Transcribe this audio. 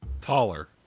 Taller